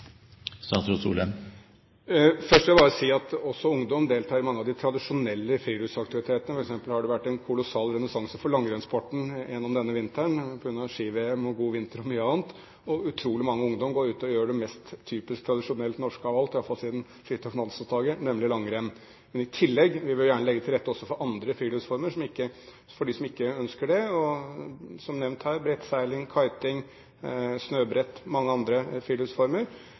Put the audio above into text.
Først vil jeg bare si at også ungdom deltar i mange av de tradisjonelle friluftsaktivitetene. For eksempel har det vært en kolossal renessanse for langrennsporten gjennom denne vinteren på grunn av ski-VM, en god vinter og mye annet. Utrolig mange ungdommer går ut og gjør det mest typisk tradisjonelt norske av alt, iallfall siden Fridtjof Nansens dager, nemlig langrenn. Men i tillegg vil vi gjerne legge til rette for andre friluftsformer for dem som ønsker det, som nevnt her, brettseiling, kiting, snøbrett og mange andre friluftsformer.